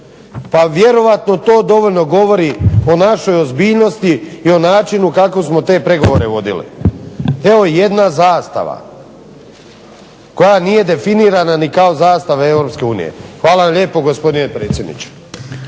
pa vjerojatno to dovoljno govori o našoj ozbiljnosti i o načinu kako smo te pregovore vodili. Evo jedna zastava koja nije definira ni kako zastava EU. Hvala vam lijepo gospodine predsjedniče.